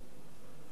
לימוד תורה,